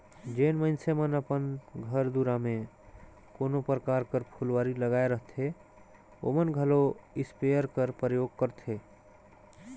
जेन मइनसे मन अपन घर दुरा में कोनो परकार कर फुलवारी लगाए रहथें ओमन घलो इस्पेयर कर परयोग करथे